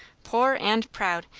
poor and proud.